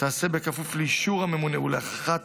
תיעשה בכפוף לאישור הממונה ולהערכת